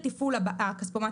מפקחים על הכספומטים